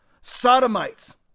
sodomites